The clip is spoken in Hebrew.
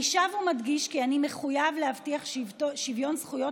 אני שב ומדגיש כי אני מחויב להבטיח שוויון זכויות